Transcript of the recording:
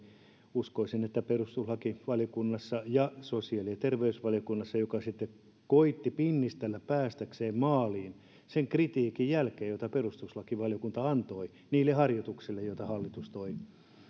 uskoisin että näitä oli perustuslakivaliokunnassa ja sosiaali ja terveysvaliokunnassa joka sitten koetti pinnistellä päästäkseen maaliin sen kritiikin jälkeen jota perustuslakivaliokunta antoi niille harjoituksille joita hallitus toi